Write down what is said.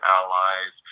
allies